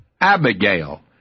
Abigail